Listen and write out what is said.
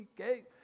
okay